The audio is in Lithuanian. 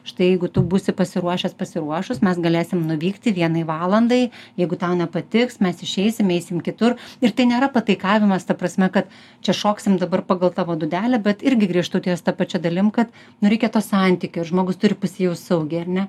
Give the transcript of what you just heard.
štai jeigu tu būsi pasiruošęs pasiruošus mes galėsim nuvykti vienai valandai jeigu tau nepatiks mes išeisim eisim kitur ir tai nėra pataikavimas ta prasme kad čia šoksim dabar pagal tavo dūdelę bet irgi grįžtu ties ta pačia dalim kad nu reikia to santykio ir žmogus turi pasijaust saugiai ar ne